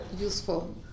useful